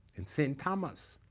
in st. thomas,